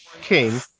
king